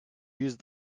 used